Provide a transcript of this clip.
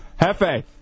Hefe